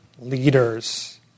leaders